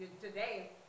today